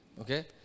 okay